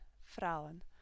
Frauen